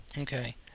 Okay